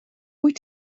wyt